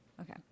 Okay